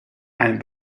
ein